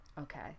Okay